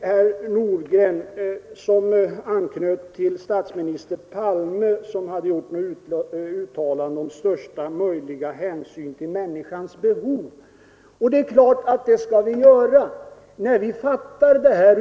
Herr Nordgren anknöt till statsminister Palme, som hade gjort något uttalande om största möjliga hänsyn till människans behov. Det är klart att vi skall ta sådan hänsyn.